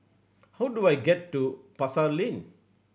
how do I get to Pasar Lane